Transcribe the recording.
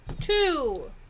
Two